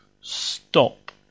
Stop